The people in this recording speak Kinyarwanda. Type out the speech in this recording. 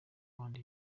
bandi